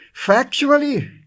Factually